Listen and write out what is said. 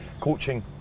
Coaching